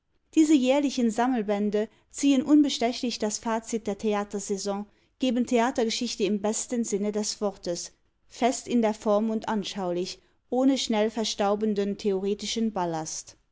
diese jährlichen sammelbände ziehen unbestechlich das fazit der theatersaison geben theatergeschichte im besten sinne des wortes fest in der form und anschaulich ohne schnell verstaubenden theoretischen ballast